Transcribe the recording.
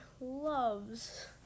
loves